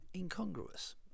Incongruous